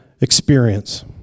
experience